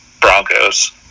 Broncos